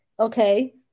Okay